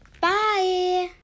bye